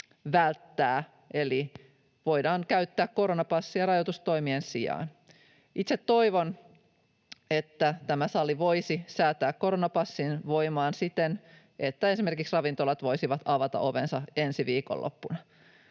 välttää eli voidaan käyttää koronapassia rajoitustoimien sijaan. Itse toivon, että tämä sali voisi säätää koronapassin voimaan siten, että esimerkiksi ravintolat voisivat avata ovensa ensi viikonloppuna.